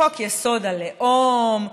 חוק-יסוד: הלאום,